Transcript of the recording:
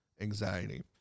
anxiety